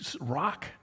rock